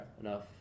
Enough